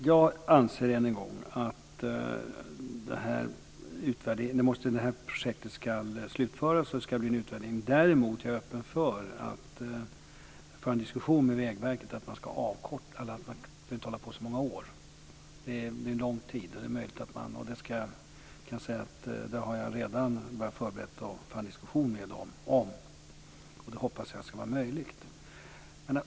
Herr talman! Jag anser än en gång att projektet ska slutföras och att det ska bli en utvärdering. Däremot är jag öppen för att föra en diskussion med Vägverket om att det inte behöver hålla på i så många år. Det är en lång tid. Jag kan säga att jag redan har förberett en diskussion med dem om detta. Det hoppas jag ska vara möjligt.